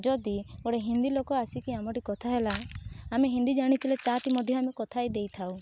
ଯଦି ଗୋଟେ ହିନ୍ଦୀ ଲୋକ ଆସିକି ଆମଠି କଥା ହେଲା ଆମେ ହିନ୍ଦୀ ଜାଣିଥିଲେ ତାଠି ମଧ୍ୟ ଆମେ କଥା ଦେଇଥାଉ